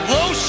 low